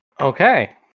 okay